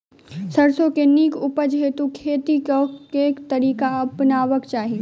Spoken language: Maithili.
सैरसो केँ नीक उपज हेतु खेती केँ केँ तरीका अपनेबाक चाहि?